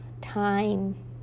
time